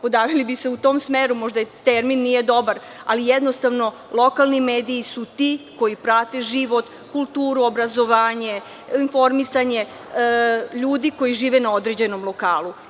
Podavili bi se u tom smeru, možda termin nije dobar, ali jednostavno lokalni mediji su ti koji prate život, kulturu, obrazovanje, informisanje ljudi koji žive na određenom lokalu.